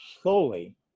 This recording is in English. slowly